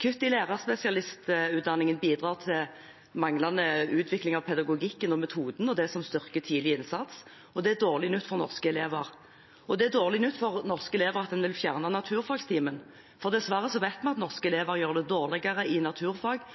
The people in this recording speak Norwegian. Kutt i lærerspesialistutdanningen bidrar til manglende utvikling av pedagogikken og metoden og det som styrker tidlig innsats, og det er dårlig nytt for norske elever. Det er også dårlig nytt for norske elever at en vil fjerne naturfagtimen, for dessverre vet vi at norske elever